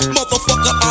Motherfucker